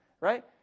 right